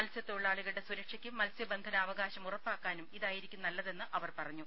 മത്സ്യത്തൊഴിലാളികളുടെ സുരക്ഷയ്ക്കും മത്സ്യബന്ധനാ അവകാശം ഉറപ്പാക്കാനും ഇതായിരിക്കും നല്ലതെന്ന് അവർ പറഞ്ഞു